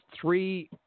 three